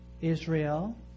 Israel